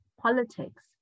politics